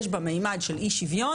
יש בה מימד של אי שוויון,